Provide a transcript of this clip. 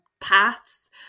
paths